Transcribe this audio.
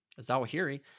Zawahiri –